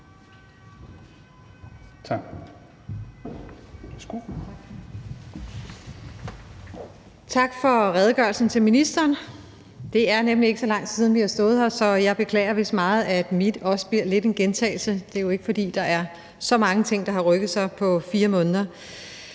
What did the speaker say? for redegørelsen. Det er nemlig ikke så lang tid siden, vi har stået her sidst, så jeg beklager, hvis meget af mit også bliver lidt en gentagelse. Det er jo ikke, fordi der er så mange ting, der har rykket sig på 4 måneder.